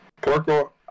porco